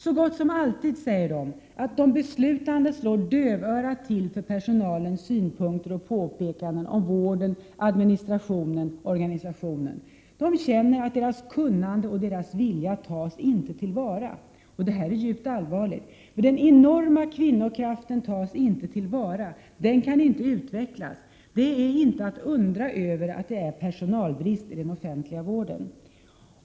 Så gott som alltid säger de att de beslutande slår dövörat till för personalens synpunkter och påpekanden om vården, administrationen, organisationen. De känner att deras kunnande och deras vilja inte tas till vara. Detta är djupt allvarligt. Den enorma kvinnokraften tas inte till vara. Den kan inte utvecklas. Det är inte att undra över att det är personalbrist i den offentliga vården.